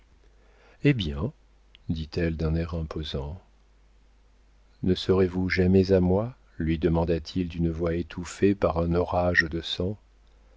eh bien dit-elle d'un air imposant ne serez-vous jamais à moi lui demanda-t-il d'une voix étouffée par un orage de sang